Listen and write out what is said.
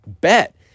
bet